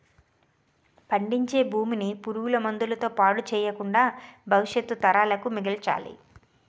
పండించే భూమిని పురుగు మందుల తో పాడు చెయ్యకుండా భవిష్యత్తు తరాలకు మిగల్చాలి